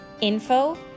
info